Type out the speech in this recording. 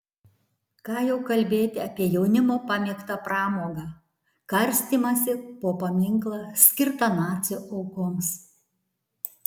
ką jau kalbėti apie jaunimo pamėgtą pramogą karstymąsi po paminklą skirtą nacių aukoms